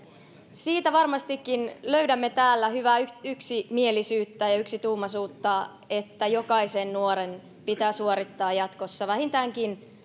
siitä varmastikin löydämme täällä hyvää yksimielisyyttä ja ja yksituumaisuutta että jokaisen nuoren pitää suorittaa jatkossa vähintäänkin